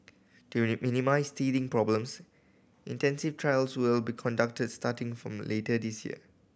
to minimise teething problems intensive trials will be conducted starting from later this year